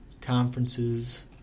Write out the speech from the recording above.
Conferences